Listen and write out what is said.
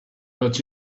but